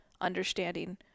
understanding